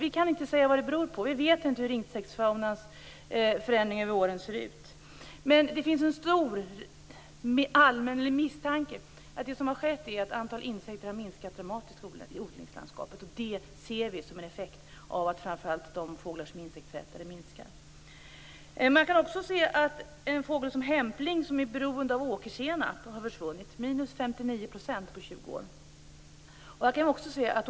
Vi kan inte säga vad det beror på, eftersom vi inte vet hur insektsfaunans förändring över åren ser ut. Men det finns en stor, allmän misstanke om att antalet insekter har minskat dramatiskt i odlingslandskapet, och som en effekt av det ser vi att framför allt de insektsätande fåglarna minskar. Man kan också se att en fågel som hämpling, som är beroende av åkersenap, har försvunnit, 59 % på 20 år.